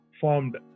formed